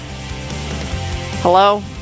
Hello